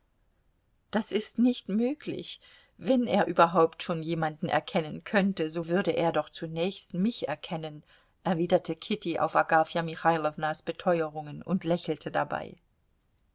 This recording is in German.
das ist nicht möglich wenn er überhaupt schon jemanden erkennen könnte so würde er doch zunächst mich erkennen erwiderte kitty auf agafja michailownas beteuerungen und lächelte dabei